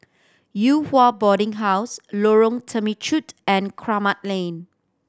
Yew Hua Boarding House Lorong Temechut and Kramat Lane